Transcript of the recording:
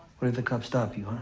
what if the cops stop you, huh?